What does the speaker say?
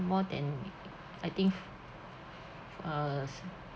more than I think uh